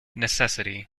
necessity